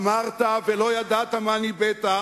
אמרת ולא ידעת מה ניבאת